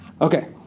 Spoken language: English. Okay